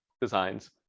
designs